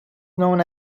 known